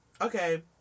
Okay